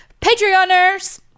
Patreoners